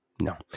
No